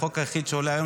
החוק היחיד שעולה היום,